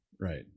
Right